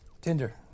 Tinder